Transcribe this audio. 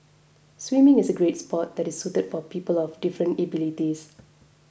swimming is a great sport that is suited for people of different abilities